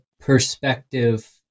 perspective